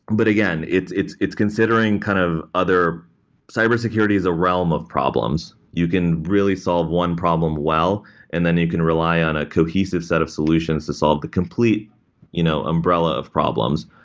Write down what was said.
and but again, it's it's considering kind of other cyber security is a realm of problems. you can really solve one problem well and then you can rely on a cohesive set of solutions to solve the complete you know umbrella of problems.